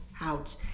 out